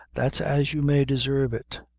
that's as you may deserve it.